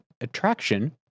attraction